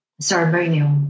ceremonial